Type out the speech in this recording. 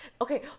Okay